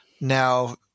now